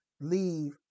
leave